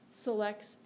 selects